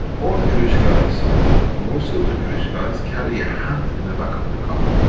all the jewish guys most of the jewish guys carry a hat in the back of the car.